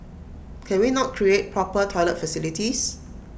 can we not create proper toilet facilities